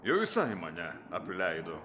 jau visai mane apleido